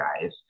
guys